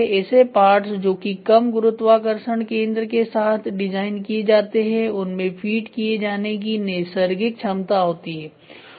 ऐसे पार्ट्स जो कि कम गुरुत्वाकर्षण केंद्र के साथ डिजाइन किए जाते हैं उनमें फीड किए जाने की नैसर्गिक क्षमता होती है